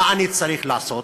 מה אני צריך לעשות?